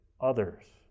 others